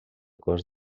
cos